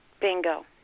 Bingo